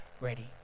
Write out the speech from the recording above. ready